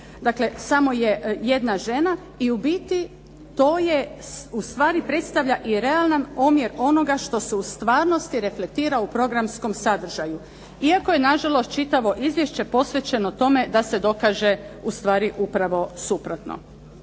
dakle samo je jedna žena i u biti to je i ustvari predstavlja realan omjer onoga što se u stvarnosti reflektira u programskom sadržaju iako je nažalost čitavo izvješće posvećeno tome da se dokaže ustvari upravo suprotno.